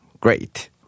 great